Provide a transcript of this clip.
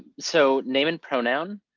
so name and pronoun.